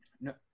No